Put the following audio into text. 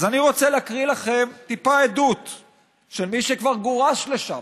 אז אני רוצה להקריא לכם טיפה מעדות של מי שכבר גורש לשם: